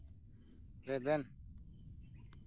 ᱨᱮᱵᱮᱱ